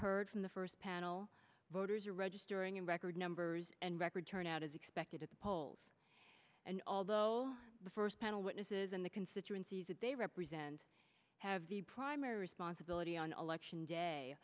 heard from the first panel voters registering in record numbers and record turnout is expected at the polls and although the first panel witnesses in the constituencies that they represent have the primary responsibility on election day